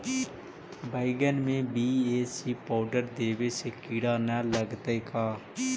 बैगन में BAC powder देबे से किड़ा न लगतै का?